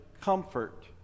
comfort